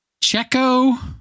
Checo